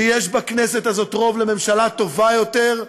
שיש בכנסת הזאת רוב לממשלה טובה יותר,